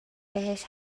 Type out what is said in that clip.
بهش